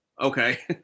okay